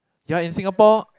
ya in Singapore